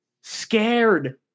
scared